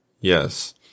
Yes